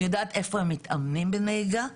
אני יודעת איפה הם מתאמנים בנהיגה.